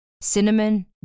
cinnamon